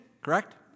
correct